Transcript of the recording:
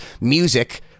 music